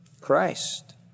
Christ